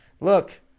Look